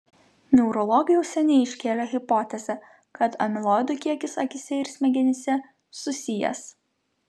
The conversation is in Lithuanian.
neurologai jau seniai iškėlė hipotezę kad amiloidų kiekis akyse ir smegenyse susijęs